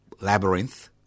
labyrinth